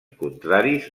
contraris